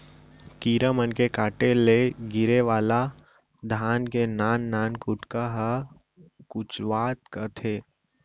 कीरा मन के काटे ले गिरे वाला धान के नान नान कुटका ल कुचवा कथें